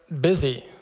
busy